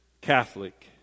Catholic